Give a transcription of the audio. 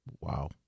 Wow